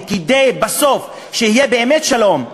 וכדי שבסוף יהיה באמת שלום,